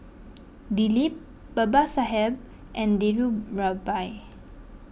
Dilip Babasaheb and Dhirubhai